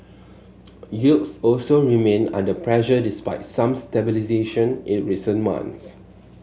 yields also remain under pressure despite some stabilisation in recent months